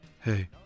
Hey